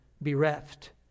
bereft